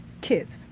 kids